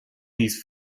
these